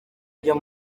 byo